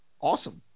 Awesome